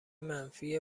منفی